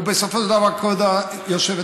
בסופו של דבר, כבוד היושבת-ראש,